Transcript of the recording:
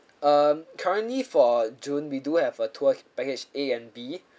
um currently for june we do have a tour package A and B